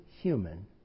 human